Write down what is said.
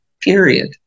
period